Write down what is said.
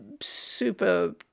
super